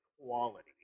quality